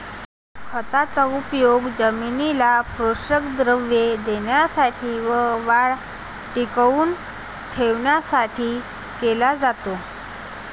खताचा उपयोग जमिनीला पोषक द्रव्ये देण्यासाठी व वाढ टिकवून ठेवण्यासाठी केला जातो